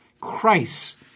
Christ